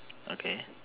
okay